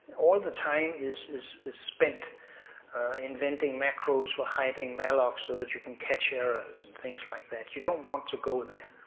all the time is is spent inventing macros for hiding malloc so that you can catch errors and things like that. you don't want to go there.